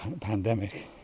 pandemic